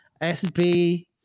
SB